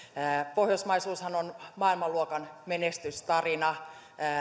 pohjoismaisuushan on maailmanluokan menestystarina